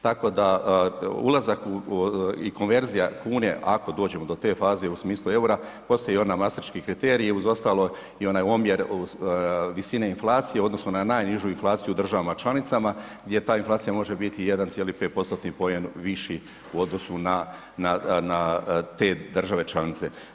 Tako da ulazak i konverzija kune ako dođemo do te faze u smislu eura postoji i onaj mastriški kriteriji uz ostalo i onaj omjer visine inflacije u odnosu na najnižu inflaciju u državama članicama gdje ta inflacija može biti 1,5%-tni poen viši u odnosu na te države članice.